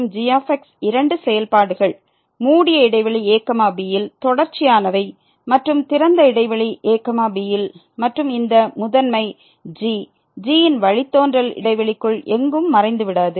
எனவே இங்கே என்ன நாம் செல்ல வேண்டும் இந்த f மற்றும் g இரண்டு செயல்பாடுகள் மூடிய இடைவெளி a bயில் தொடர்ச்சியானவை மற்றும் திறந்த இடைவெளி a bயில் மற்றும் இந்த முதன்மை g g யின் வழித்தோன்றல் இடைவெளிக்குள் எங்கும் மறைந்துவிடாது